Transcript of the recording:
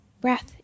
breath